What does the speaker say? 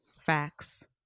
Facts